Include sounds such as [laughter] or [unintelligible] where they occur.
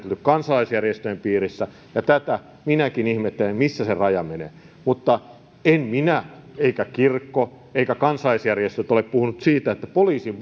kansalaisjärjestöjen piirissä ja tätä minäkin ihmettelen missä se raja menee mutta en minä ole puhunut eikä kirkko eivätkä kansalaisjärjestöt ole puhuneet että poliisin [unintelligible]